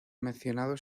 mencionado